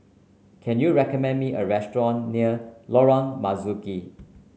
can you recommend me a restaurant near Lorong Marzuki